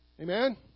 Amen